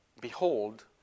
behold